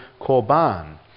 korban